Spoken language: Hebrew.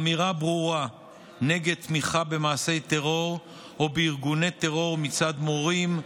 אמירה ברורה נגד תמיכה במעשי טרור או בארגוני טרור מצד מורים,